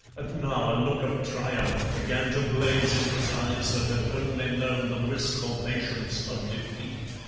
and now a look of triumph began to blaze in his eyes that had only known the wistful patience of defeat.